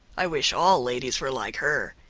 i wish all ladies were like her.